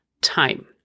time